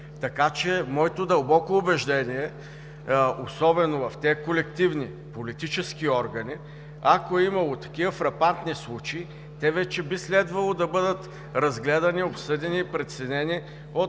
Така че моето дълбоко убеждение е, особено в тези колективни, политически органи, ако е имало такива фрапантни случаи, те вече би следвало да бъдат разгледани, обсъдени, преценени от